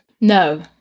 No